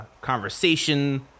conversation